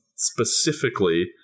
specifically